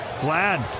Glad